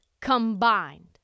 combined